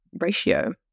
ratio